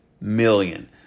million